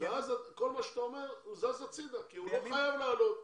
אז כל מה שאתה אומר זז הצידה כי הוא לא חייב לעלות.